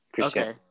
Okay